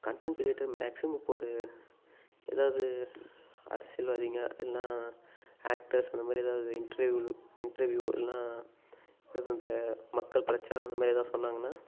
content creator maximum இப்போ ஒரு எதாவது அரசியல்வாதிங்க இல்லைன்னா ஆக்டர்ஸ் அந்த மாதிரி எதாவது இன்ட்ரியூவ் இன்டர்வியூ இல்லைன்னா இது அந்த மக்கள் பிரச்சன அந்த மாதிரி எதாவது சொன்னாங்கன்னால்